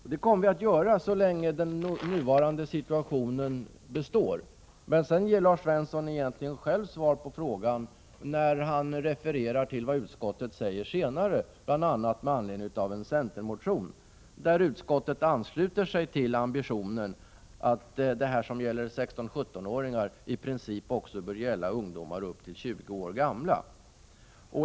Ja, det kommer vi att göra så länge den nuvarande situationen består. Men sedan ger Lars Svensson egentligen själv svar på frågan när han refererär till vad utskottet säger, bl.a. med anledning av en centermotion. Utskottet ansluter sig där till ambitionen att det som gäller 16-17-åringar i princip också bör gälla ungdomar på upp till 20 år.